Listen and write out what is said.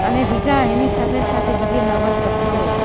અને બીજા એની સાથે સાથે બીજી નવલકથાઓ